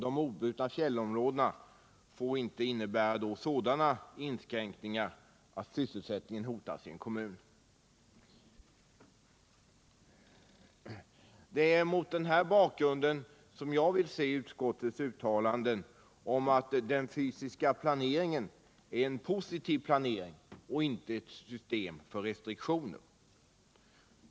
De obrutna fjällområdena får inte innebära sådana inskränkningar att sysselsättningen hotas i en kommun. Det är mot den bakgrunden som jag vill se utskottets uttalande om 43 att den fysiska planeringen är en positiv planering, inte ett system för restriktioner.